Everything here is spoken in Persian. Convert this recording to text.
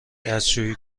دستشویی